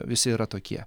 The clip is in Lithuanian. visi yra tokie